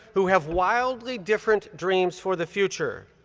who have wildly different dreams for the future.